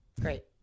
great